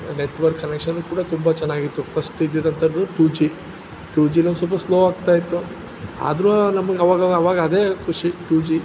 network ಕನೆಕ್ಷನ್ನು ಕೂಡ ತುಂಬ ಚೆನ್ನಾಗಿತ್ತು ಫಸ್ಟ್ ಇದ್ದಿದಂಥದ್ದು ಟೂ ಜಿ ಟೂ ಜಿನು ಸ್ವಲ್ಪ ಸ್ಲೋ ಆಗ್ತಾಯಿತ್ತು ಆದರೂ ನಮಗೆ ಆವಾಗ ಆವಾಗ ಅದೇ ಖುಷಿ ಟೂ ಜಿ